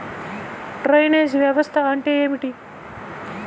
Drainage వ్యవస్థ అంటే ఏమిటి?